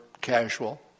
casual